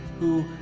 who